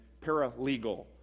paralegal